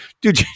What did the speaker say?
dude